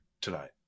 tonight